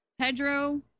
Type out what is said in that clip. Pedro